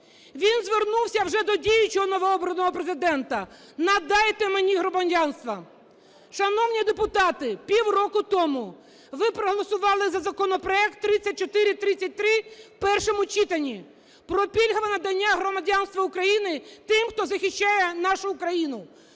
Він звернувся вже до діючого новообраного Президента: надайте мені громадянство. Шановні депутати, півроку тому ви проголосували за законопроект 3433 у першому читанні про пільгове надання громадянства України тим, хто захищає нашу Україну.